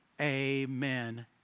Amen